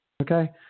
okay